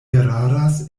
eraras